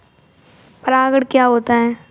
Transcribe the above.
परागण क्या होता है?